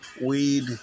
Weed